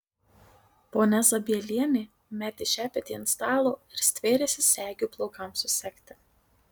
ponia zabielienė metė šepetį ant stalo ir stvėrėsi segių plaukams susegti